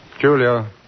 Julia